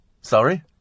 Sorry